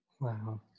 Wow